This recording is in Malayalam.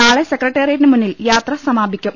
നാളെ സെക്രട്ടേറിയറ്റിന് മുന്നിൽ യാത്ര സമാപിക്കും